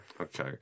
Okay